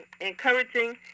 encouraging